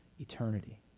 eternity